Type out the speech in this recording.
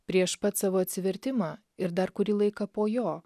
prieš pat savo atsivertimą ir dar kurį laiką po jo